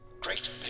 Great